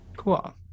Cool